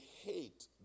hate